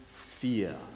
fear